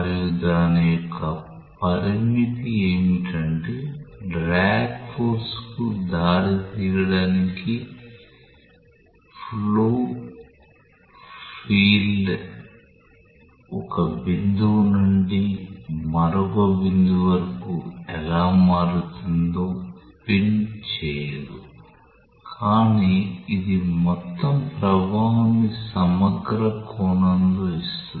మరియు దాని యొక్క పరిమితి ఏమిటంటే డ్రాగ్ ఫోర్స్కు దారి తీయడానికి ఫ్లో ఫ్లూయిడ్ ఒక బిందువు నుండి మరొక బిందువు వరకు ఎలా మారుతుందో పిన్ చేయదు కానీ ఇది మొత్తం ప్రభావాన్ని సమగ్ర కోణంలో ఇస్తుంది